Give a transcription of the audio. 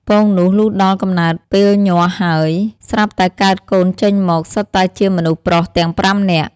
ពងនោះ លុះដល់កំណើតពេលញាស់ហើយ ស្រាប់តែកើតកូនចេញមក សុទ្ធតែជាមនុស្សប្រុសទាំង ៥ នាក់។